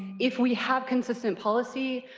if we have consistent policy,